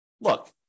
look